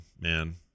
man